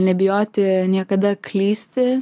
nebijoti niekada klysti